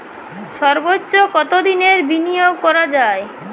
সর্বোচ্চ কতোদিনের বিনিয়োগ করা যায়?